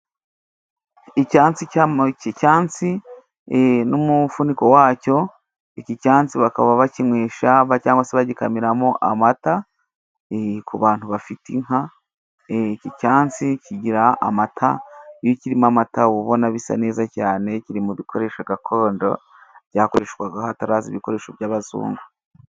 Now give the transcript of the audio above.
Icyasi n'umufuniko wacyo; iki cyansi bakaba bakinwesha cyangwa se bagikamiramo amata, ku bantu bafite inka iki cyansi kigira amata iyo kirimo amata ubona bisa neza cyane kiri mu bikoresho gakondo byakoreshwaga hataraza ibikoresho by'abazungu.